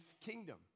kingdom